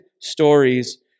stories